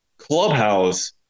clubhouse